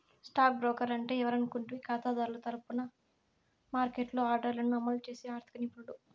stock broker అంటే ఎవరనుకుంటివి కాతాదారుల తరపున మార్కెట్లో ఆర్డర్లను అమలు చేసి ఆర్థిక నిపుణుడు